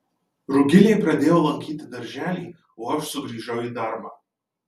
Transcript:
rugilė pradėjo lankyti darželį o aš sugrįžau į darbą